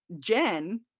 Jen